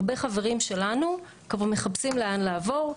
הרבה חברים שלנו כבר מחפשים לאן לעבור.